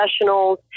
professionals